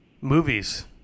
movies